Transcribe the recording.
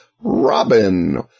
Robin